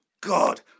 God